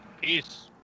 peace